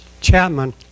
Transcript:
Chapman